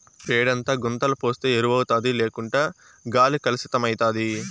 పేడంతా గుంతల పోస్తే ఎరువౌతాది లేకుంటే గాలి కలుసితమైతాది